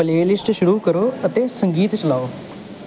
playlist ਸ਼ੁਰੂ ਕਰੋ ਅਤੇ ਸੰਗੀਤ ਚਲਾਓ